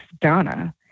Donna